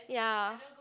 ya